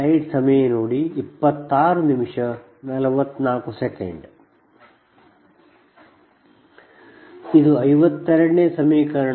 KPgKi1m12di ಇದು 52ನೇ ಸಮೀಕರಣ